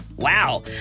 Wow